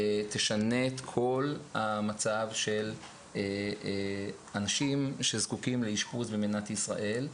היא תשנה את כל המצב של אנשים שזקוקים לאשפוז במדינת ישראל.